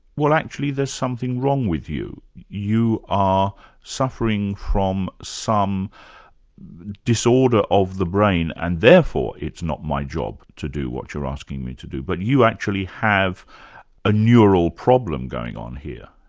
well actually there's something wrong with you. you are suffering from some disorder of the brain, and therefore, it's not my job to do what you're asking me to do. but you actually have a neural problem going on here.